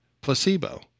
placebo